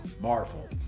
Marvel